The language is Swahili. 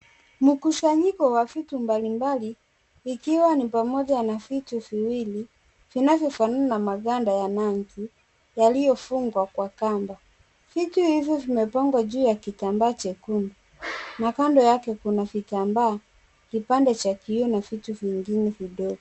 Mkusanyiko wa vitu mbalimbali, ikiwa ni pamoja na vitu viwili, vinavyofanana na maganda ya nazi yaliyofungwa kwa kamba. Vitu hivyo vimepangwa juu ya kitambaa chekundu na kando yake kuna vitambaa, kipande cha kioo na vitu vingine vidogo.